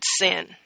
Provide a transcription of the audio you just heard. sin